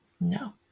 no